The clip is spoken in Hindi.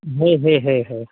है है है है